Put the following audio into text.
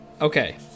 Okay